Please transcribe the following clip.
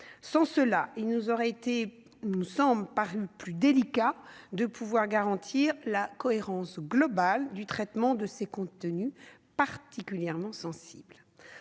Sans cela, il nous aurait paru délicat de garantir la cohérence globale du traitement de ces contenus particulièrement sensibles.